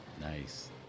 Nice